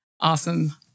Awesome